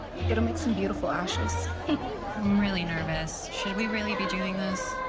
it'll make some beautiful ashes. i'm really nervous. should we really be doing this?